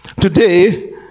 Today